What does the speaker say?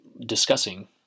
discussing